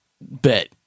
bet